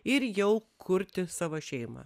ir jau kurti savo šeimą